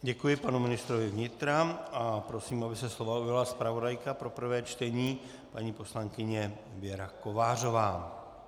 Děkuji panu ministrovi kultury a prosím, aby se slova ujala zpravodajka pro prvé čtení paní poslankyně Věra Kovářová.